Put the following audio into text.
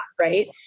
right